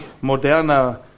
moderner